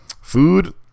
food